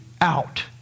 out